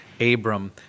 Abram